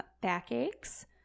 backaches